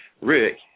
Rick